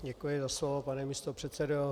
Děkuji za slovo, pane místopředsedo.